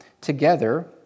together